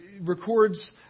records